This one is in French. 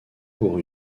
pour